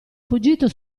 fuggito